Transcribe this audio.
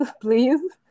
Please